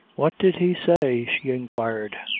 what did he say? she inquired.